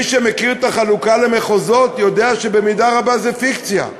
מי שמכיר את החלוקה למחוזות יודע שבמידה רבה זו פיקציה.